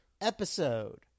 episode